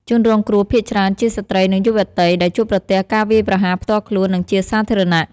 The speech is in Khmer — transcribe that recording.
ជនរងគ្រោះភាគច្រើនជាស្ត្រី និងយុវតី ដែលជួបប្រទះការវាយប្រហារផ្ទាល់ខ្លួន និងជាសាធារណៈ។